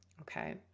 Okay